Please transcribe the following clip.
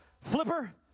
flipper